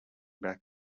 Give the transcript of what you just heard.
back